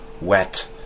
wet